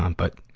um but,